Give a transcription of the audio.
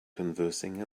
conversing